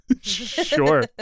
Sure